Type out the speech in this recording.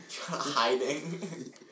Hiding